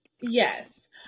Yes